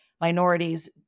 minorities